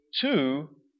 two